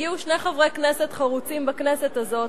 והגיעו שני חברי כנסת חרוצים בכנסת הזאת,